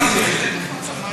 אתה צודק, עכו הערבית, אני מתכוון.